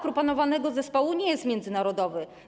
Proponowany skład zespołu nie jest międzynarodowy.